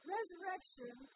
Resurrection